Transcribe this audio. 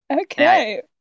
okay